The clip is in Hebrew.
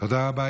תודה רבה.